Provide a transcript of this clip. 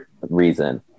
reason